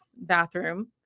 bathroom